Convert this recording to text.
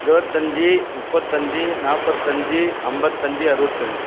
இருபத்தஞ்சு முப்பத்தைஞ்சு நாற்பத்தஞ்சு ஐம்பத்தஞ்சு அறுபத்தஞ்சு